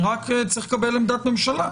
אני רק צריך לקבל עמדת ממשלה.